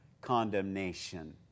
condemnation